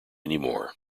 anymore